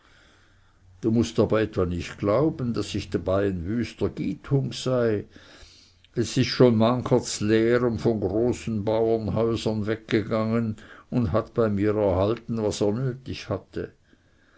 du mußt aber nicht etwa glauben daß ich dabei ein wüster gythung sei es ist schon mancher z'leerem von großen baurenhäusern weggegangen und hat bei mir erhalten was er nötig hatte